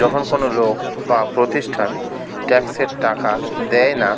যখন কোন লোক বা প্রতিষ্ঠান ট্যাক্সের টাকা দেয় না